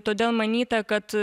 todėl manyta kad